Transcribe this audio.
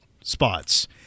spots